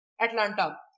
Atlanta